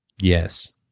yes